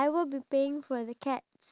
it's a hay